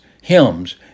hymns